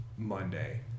Monday